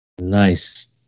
Nice